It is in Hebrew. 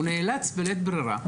הוא נאלץ בלית ברירה,